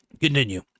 Continue